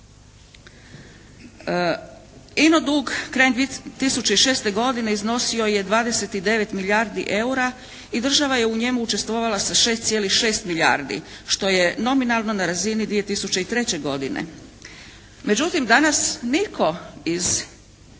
Ino dug krajem 2006. godine iznosio je 29 milijardi EUR-a i država je u njemu učestvovala sa 6,6 milijardi što je nominalno na razini 2003. godine. Međutim danas nitko iz